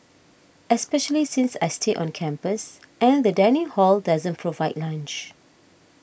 especially since I stay on campus and the dining hall doesn't provide lunch